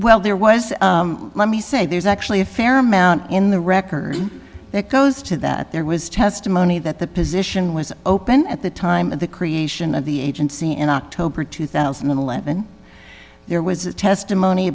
well there was let me say there's actually a fair amount in the record that goes to that there was testimony that the position was open at the time of the creation of the agency in october two thousand and eleven there was testimony